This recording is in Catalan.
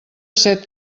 set